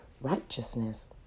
righteousness